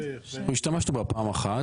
השתמשנו בה פעם אחת.